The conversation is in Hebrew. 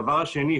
הדבר השני,